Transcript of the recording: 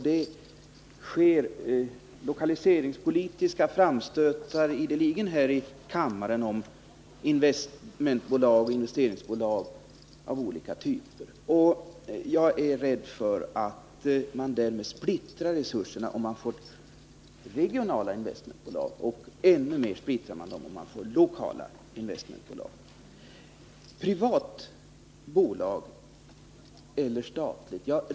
Det görs ofta regionalpolitiska framstötar här i kammaren om inrättande av investeringsbolag av olika typer. Jag befarar att man splittrar resurserna om man tillskapar regionala investmentbolag, och man splittrar dem ännu mer om man inrättar lokala investmentbolag. För det andra gäller det frågan om bolagen skall vara privata eller statliga.